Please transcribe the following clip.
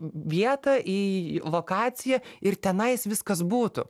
vietą į lokaciją ir tenais viskas būtų